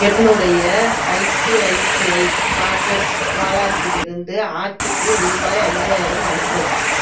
என்னுடைய ICICI pockets வாலட்டிலிருந்து ஆச்சிக்கு ரூபாய் ஐயாயிரம் அனுப்பவும்